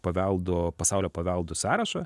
paveldo pasaulio paveldų sąrašą